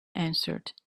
answered